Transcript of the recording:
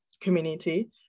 community